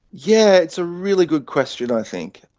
yeah it's a really good question i think.